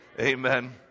Amen